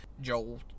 Joel